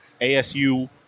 ASU